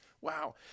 wow